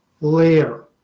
layer